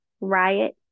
Riot